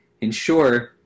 ensure